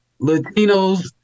Latinos